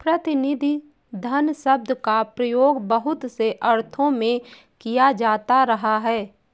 प्रतिनिधि धन शब्द का प्रयोग बहुत से अर्थों में किया जाता रहा है